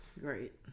Great